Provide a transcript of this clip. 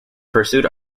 pursued